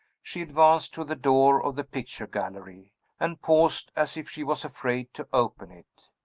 she advanced to the door of the picture gallery and paused, as if she was afraid to open it.